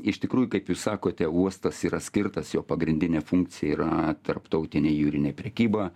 iš tikrųjų kaip jūs sakote uostas yra skirtas jo pagrindinė funkcija yra tarptautinė jūrinė prekyba